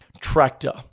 Tractor